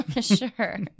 Sure